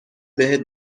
بهت